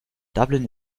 dublin